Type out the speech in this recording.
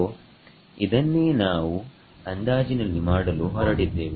ಸೋಇದನ್ನೇ ನಾವು ಅಂದಾಜಿನಲ್ಲಿ ಮಾಡಲು ಹೊರಟಿದ್ದೇವೆ